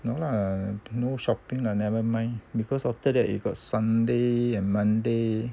no lah no shopping lah never mind because after that you got sunday and monday